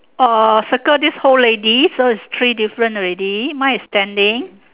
orh circle this whole lady so it's three difference already mine is standing